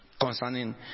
concerning